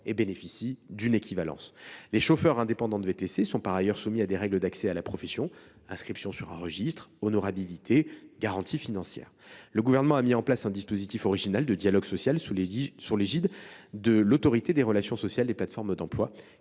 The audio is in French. bénéficient d’une équivalence. Les chauffeurs indépendants de VTC sont, par ailleurs, soumis à des règles d’accès à la profession : inscription sur un registre, honorabilité, garantie financière… Le Gouvernement a mis en place, sous l’égide de l’Autorité des relations sociales des plateformes d’emploi